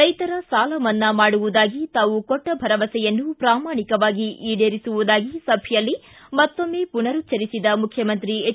ರೈತರ ಸಾಲ ಮನ್ನಾ ಮಾಡುವುದಾಗಿ ತಾವು ಕೊಟ್ಟ ಭರವಸೆಯನ್ನು ಪ್ರಾಮಾಣಿಕವಾಗಿ ಈಡೇರಿಸುವುದಾಗಿ ಸಭೆಯಲ್ಲಿ ಮತ್ತೊಮ್ಮೆ ಪುನರುಚ್ಚರಿಸಿದ ಮುಖ್ಯಮಂತ್ರಿ ಎಚ್